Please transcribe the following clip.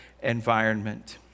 Environment